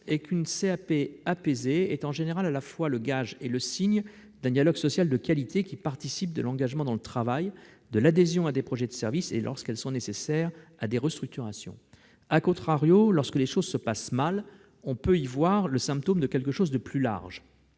est qu'une CAP apaisée est en général à la fois le gage et le signe d'un dialogue social de qualité, qui contribue à l'engagement des agents dans le travail ainsi qu'à leur adhésion à des projets de service et, lorsqu'elles sont nécessaires, à des restructurations., lorsque les choses se passent mal, on peut y voir le symptôme d'un problème plus large.